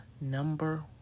number